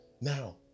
Now